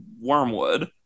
wormwood